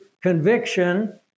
conviction